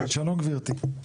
שלום גברתי.